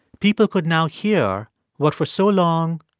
people could now hear what, for so long,